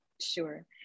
Sure